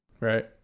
Right